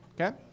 Okay